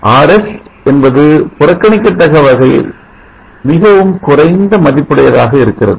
Rs என்பது புறக்கணிக்கதக்க வகையில் மிகவும் குறைந்த மதிப்புடையதாக இருக்கிறது